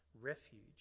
refuge